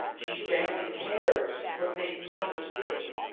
she genuinely cares, but make no mistake,